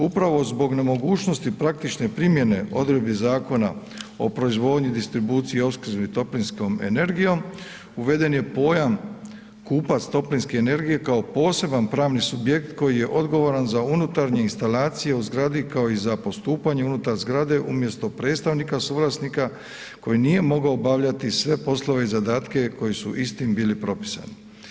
Upravo zbog nemogućnosti praktične primjene odredbi Zakona o proizvodnji, distribuciji i opskrbi toplinskom energijom, uveden je pojam kupac toplinske energije kao poseban pravni subjekt koji je odgovoran za unutarnje instalacije u zgradi kao i postupanje unutar zgrade umjesto predstavnika suvlasnika koji nije mogao obavljati sve poslove i zadatke koji su istim bili propisani.